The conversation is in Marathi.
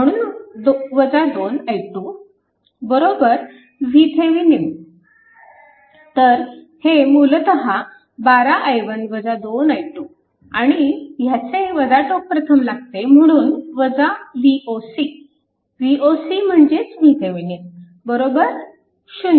म्हणून 2 i2 बरोबर VThevenin तर हे मूलतः 12 i1 2 i2 आणि ह्याचे टोक प्रथम लागते म्हणून Voc Voc म्हणजेच VThevenin बरोबर 0